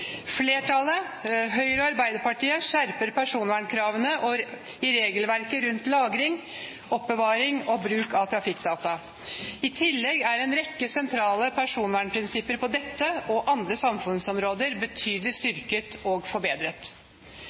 Flertallet, Høyre og Arbeiderpartiet, skjerper personvernkravene i regelverket rundt lagring, oppbevaring og bruk av trafikkdata. I tillegg er en rekke sentrale personvernprinsipper på dette og andre samfunnsområder betydelig styrket og forbedret.